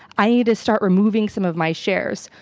i need to start removing some of my shares,